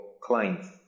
clients